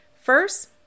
First